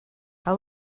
how